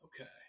Okay